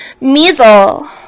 Measle